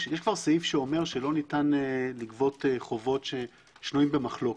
שלא ניתן לגבות חובות ששנויים במחלוקת.